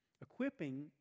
Equipping